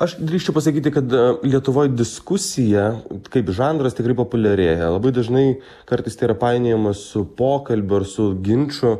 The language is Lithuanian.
aš drįsčiau pasakyti kada lietuvoj diskusija kaip žanras tikrai populiarėja labai dažnai kartais tai yra painiojama su pokalbiu ar su ginču